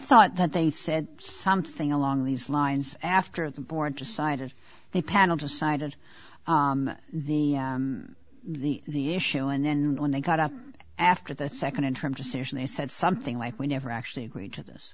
thought that they said something along these lines after the board decided they panel decided the the the issue and then when they got up after the second in terms of solution they said something like we never actually agreed to